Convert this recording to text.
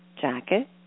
jacket